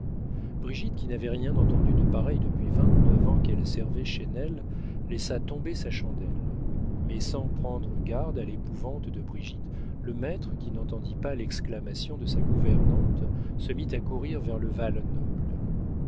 brigitte qui n'avait rien entendu de pareil depuis vingt-neuf ans qu'elle servait chesnel laissa tomber sa chandelle mais sans prendre garde à l'épouvante de brigitte le maître qui n'entendit pas l'exclamation de sa gouvernante se mit à courir vers le